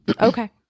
Okay